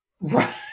Right